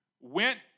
went